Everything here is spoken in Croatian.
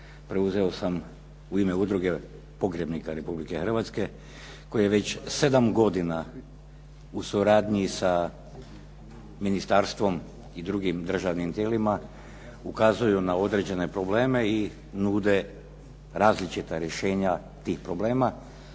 preuzeo sam u ime Udruge pogrebnika Republike Hrvatske koji je već sedam godina u suradnji sa ministarstvom i drugim državnim tijelima ukazuju na određene probleme i nude različita rješenja tih problema.